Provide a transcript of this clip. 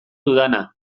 dudana